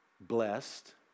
blessed